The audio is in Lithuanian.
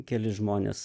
keli žmonės